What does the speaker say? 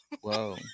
whoa